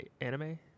anime